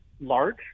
large